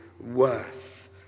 worth